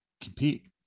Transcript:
compete